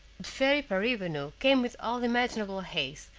the fairy paribanou came with all imaginable haste,